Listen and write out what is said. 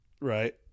right